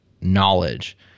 knowledge